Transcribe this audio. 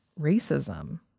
racism